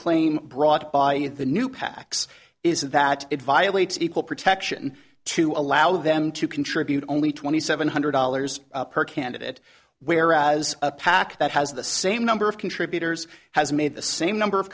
claim brought by the new pacs is that it violates equal protection to allow them to contribute only twenty seven hundred dollars per candidate whereas a pac that has the same number of contributors has made the same number of